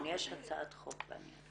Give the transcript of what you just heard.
יש הצעת חוק בעניין.